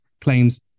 claims